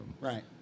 Right